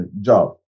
job